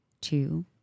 two